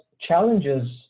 challenges